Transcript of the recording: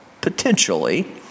potentially